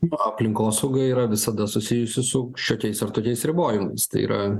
ba aplinkosauga yra visada susijusi su šitais ar tokiais ribojimais tai yra